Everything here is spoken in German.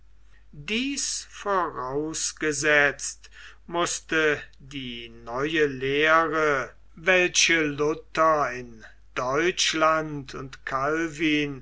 dies vorausgesetzt mußte die neue lehre welche luther in deutschland und calvin